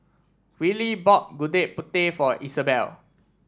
Wiley bought Gudeg Putih for Isabel